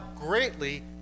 greatly